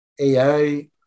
AI